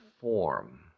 form